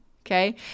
okay